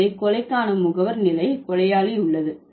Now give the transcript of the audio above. எனவே கொலைக்கான முகவர் நிலை கொலையாளி உள்ளது